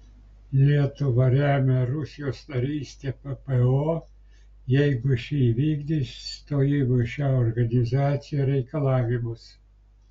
lietuva remia rusijos narystę ppo jeigu ši įvykdys stojimo į šią organizaciją reikalavimus